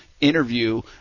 interview